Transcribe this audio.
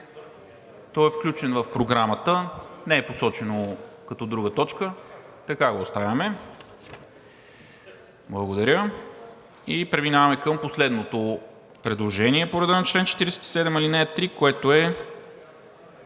То е включено в Програмата, не е посочено като друга точка, така го оставяме. И преминаваме към последното предложение по реда на чл. 47, ал. 3, което е